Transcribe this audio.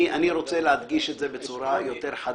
אני רוצה להדגיש את זה בצורה יותר חדה.